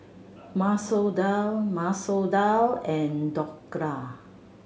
Masoor Dal Masoor Dal and Dhokla